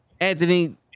Anthony